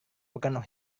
bukan